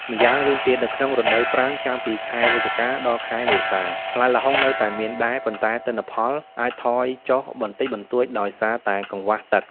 ម្យ៉ាងវិញទៀត នៅក្នុងរដូវប្រាំង ចាប់ពីខែវិច្ឆិកា ដល់ ខែមេសា ផ្លែល្ហុងនៅតែមានដែរ ប៉ុន្តែទិន្នផលអាចថយចុះបន្តិចបន្តួចដោយសារតែកង្វះទឹក។